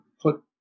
put